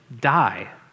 die